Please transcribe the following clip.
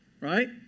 Right